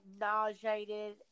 nauseated